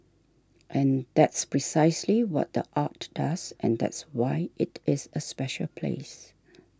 and that's precisely what the art does and that's why it is a special place